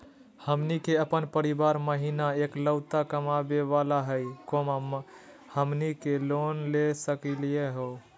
हमनी के अपन परीवार महिना एकलौता कमावे वाला हई, हमनी के लोन ले सकली का हो?